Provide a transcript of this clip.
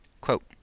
Quote